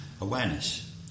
Awareness